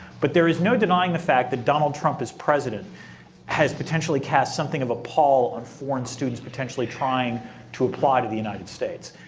but there is no denying the fact that donald trump as president has potentially cast something of a pall on foreign students potentially trying to apply to the united states.